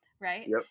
Right